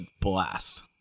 blast